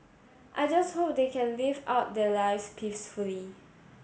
I just hope they can live out their lives peacefully